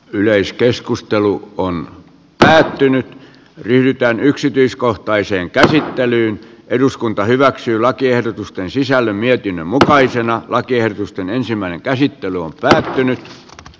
yleiskeskustelu on päättynyt yhtään yksityiskohtaiseen käsittelyyn eduskunta hyväksyy lakiehdotusten sisällön mietinnön mukaisena lakiehdotusten ensimmäinen käsittely on kukkarosta